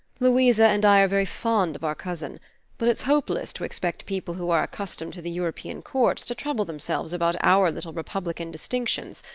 louisa and i are very fond of our cousin but it's hopeless to expect people who are accustomed to the european courts to trouble themselves about our little republican distinctions.